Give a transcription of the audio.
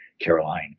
Caroline